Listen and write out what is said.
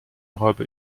robe